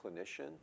clinician